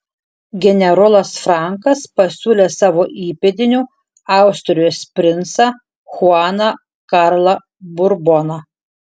generolas frankas pasiūlė savo įpėdiniu austrijos princą chuaną karlą burboną